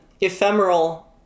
ephemeral